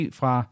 fra